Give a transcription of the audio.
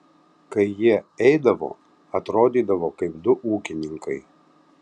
kai jie eidavo atrodydavo kaip du ūkininkai